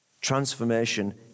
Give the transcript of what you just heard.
Transformation